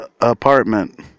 apartment